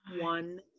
one